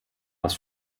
das